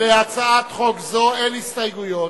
להצעת חוק זו אין הסתייגויות,